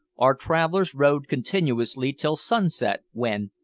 our travellers rowed continuously till sunset when,